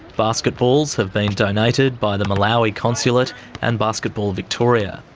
basketballs have been donated by the malawi consulate and basketball victoria.